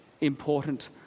important